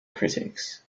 critics